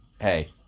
hey